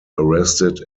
arrested